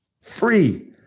free